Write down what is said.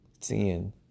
seeing